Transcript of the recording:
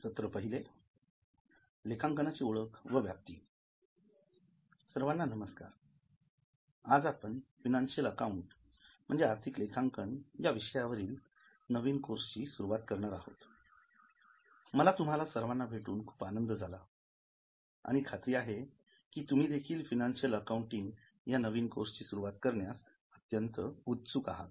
सर्वांना नमस्कार आज आपण फिनान्शियल अकाउंट म्हणजे आर्थिक लेखांकन या विषयावरील नवीन कोर्सची सुरुवात करणार आहोत मला तुम्हा सर्वांना भेटून खूप आनंद झाला आणि खात्री आहे की तुम्ही देखील फिनान्शियल अकाउंटिंग या नवीन कोर्सची सुरुवात करण्यात अत्यंत उत्सुक आहात